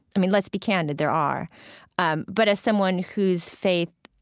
i mean, let's be candid. there are um but as someone whose faith